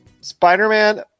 Spider-Man